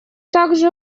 также